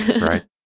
right